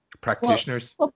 practitioners